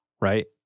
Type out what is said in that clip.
right